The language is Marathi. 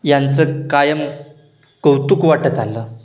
यांचं कायम कौतुक वाटत आलं